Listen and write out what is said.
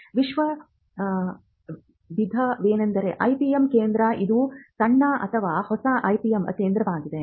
ಮಿಶ್ರ ವಿಧವೆಂದರೆ ಐಪಿಎಂ ಕೇಂದ್ರ ಇದು ಸಣ್ಣ ಅಥವಾ ಹೊಸ ಐಪಿಎಂ ಕೇಂದ್ರವಾಗಿದೆ